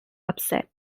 upset